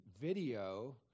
video